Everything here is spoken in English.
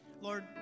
Lord